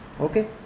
okay